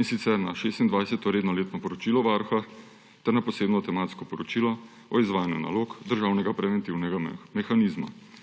In sicer na 26. redno letno poročilo Varuha ter na posebno tematsko poročilo o izvajanju nalog državnega preventivnega mehanizma,